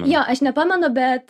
jo aš nepamenu bet